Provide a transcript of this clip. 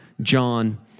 John